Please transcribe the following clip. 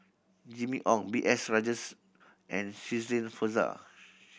Jimmy Ong B S Rajhans and Shirin Fozdar